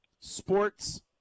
sports